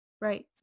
Right